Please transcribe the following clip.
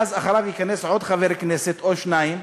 עוד חבר כנסת או עוד שניים,